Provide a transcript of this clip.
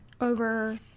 Over